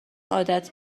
عادت